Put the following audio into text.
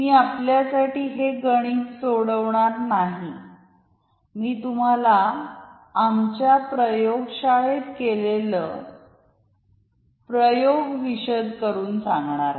मी आपल्यासाठी हे गणित सोडवणार नाही मी तुम्हाला आमच्या प्रयोगशाळेत केलेलं प्रयोग विशद करून सांगणार आहे